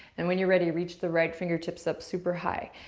and when you're ready, reach the right fingertips up super high.